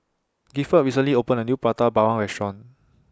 Gifford recently opened A New Prata Bawang Restaurant